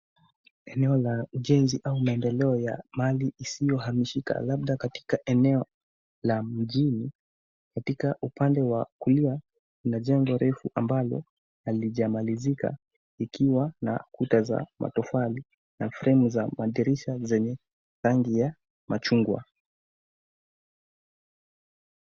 Eneo la ujenzi au eneo maendeleo ya mali isiyokamishika labda katika eneo la mjini, katika upande wa kulia, kuna jengo refu ambalo halijamalizika, ikiwa na kuta za matofali, na fremu za madirisha zenye rangi ya machungwa.